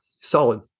solid